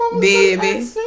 baby